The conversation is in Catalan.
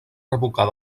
revocar